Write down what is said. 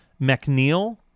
McNeil